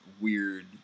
weird